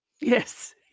Yes